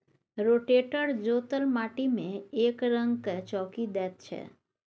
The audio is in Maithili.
रोटेटर जोतल माटि मे एकरंग कए चौकी दैत छै